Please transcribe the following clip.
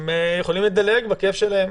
הם יכולים לדלג בכייף שלהם.